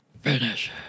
Finish